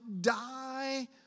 die